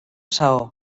saó